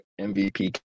MVP